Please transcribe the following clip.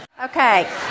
Okay